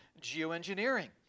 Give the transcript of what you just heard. geoengineering